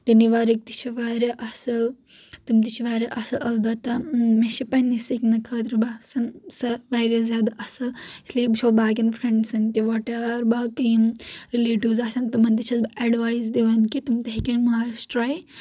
tiny واریکۍ تہِ چھ واریاہ اصل تم تہِ چھ واریاہ اصل البتہٕ مےٚ چھ پننہِ سکنہٕ خٲطرٕ باسان سۄ واریاہ زیادٕ اصل اس لیے چھ باقی یَن فرنڈسَن تہِ وٹ ایوَر باقی یم رلیٹِوٕز آسان تٔمن تہِ چھس بہٕ ایڈوایس دِوان کہ تم تہِ ہیکن مارس ٹرٛے